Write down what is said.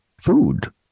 food